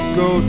go